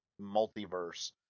multiverse